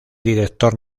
director